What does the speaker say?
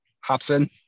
Hobson